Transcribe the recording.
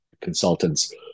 consultants